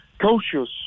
cautious